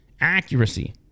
accuracy